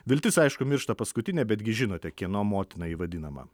viltis aišku miršta paskutinė bet gi žinote kieno motina ji vadinama